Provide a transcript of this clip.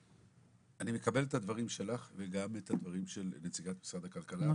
אני מקבל את הדברים שלך וגם את הדברים של נציגת משרד הכלכלה,